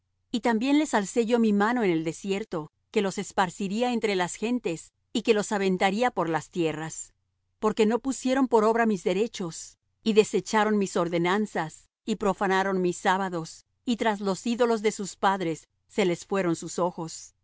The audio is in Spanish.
y también les alcé yo mi mano en el desierto que los esparciría entre las gentes y que los aventaría por las tierras porque no pusieron por obra mis derechos y desecharon mis ordenanzas y profanaron mis sábados y tras los ídolos de sus padres se les fueron sus ojos por